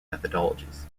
methodologies